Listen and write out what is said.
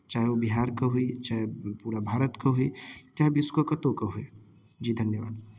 चाहे ओ बिहारके होय चाहे पूरा भारतके होय चाहे विश्वके कतहुके होय जी धन्यवाद